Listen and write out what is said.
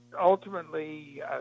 ultimately